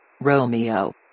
romeo